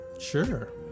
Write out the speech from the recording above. sure